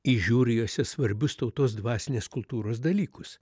įžiūri juose svarbius tautos dvasinės kultūros dalykus